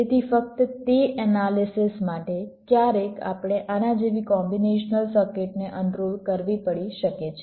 તેથી ફક્ત તે એનાલિસિસ માટે ક્યારેક આપણે આના જેવી કોમ્બીનેશનલ સર્કિટને અનરોલ કરવી પડી શકે છે